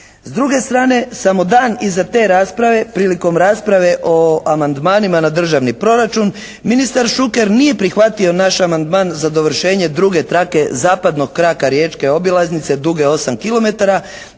S druge strane samo dan iza te rasprave prilikom rasprave o amandmanima na državni proračun ministar Šuker nije prihvatio naš amandman za dovršenje druge trake zapadnog kraka riječke obilaznice duge 8